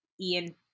Ian